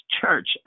church